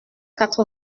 quatre